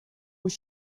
was